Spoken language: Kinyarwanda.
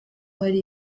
hari